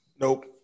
nope